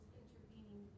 intervening